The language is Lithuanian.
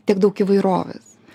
tiek daug įvairovės